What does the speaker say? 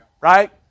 Right